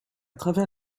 travers